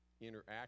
interact